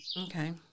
Okay